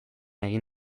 egin